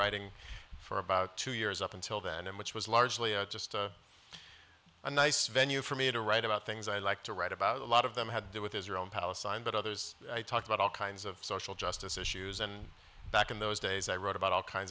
writing for about two years up until then which was largely a just a nice venue for me to write about things i like to write about a lot of them had to do with is your own palestine but others i talk about all kinds of social justice issues and back in those days i wrote about all kinds